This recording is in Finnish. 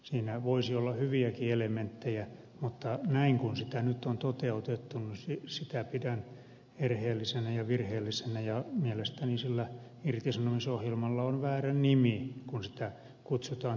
siinä voisi olla hyviäkin elementtejä mutta näin kuin sitä nyt on toteutettu sitä pidän erheellisenä ja virheellisenä ja mielestäni sillä irtisanomisohjelmalla on väärä nimi kun sitä kutsutaan tuottavuusohjelmaksi